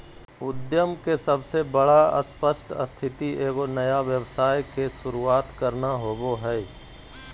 उद्यम के सबसे बड़ा स्पष्ट स्थिति एगो नया व्यवसाय के शुरूआत करना होबो हइ